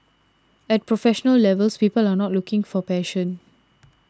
at professional levels people are not looking for passion